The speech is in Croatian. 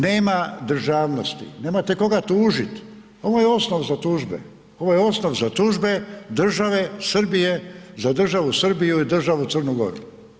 Nema državnosti, nemate koga tužiti, ovo je osnov za tužbe, ovo je osnov za tužbe države Srbije, za državu Srbiju i državu Crnu Goru.